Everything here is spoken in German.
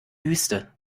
wüste